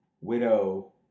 widow